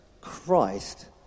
Christ